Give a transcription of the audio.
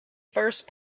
first